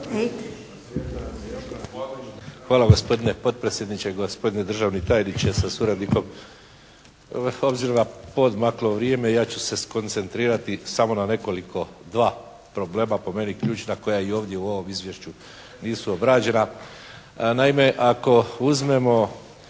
Hvala gospodine potpredsjedniče, gospodine državni tajniče sa suradnikom. Obzirom na poodmaklo vrijeme ja ću se skoncentrirati samo na nekoliko, dva problema po meni ključna koja i ovdje u ovom izvješću nisu obrađena. Naime, ako uzmemo